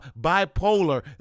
bipolar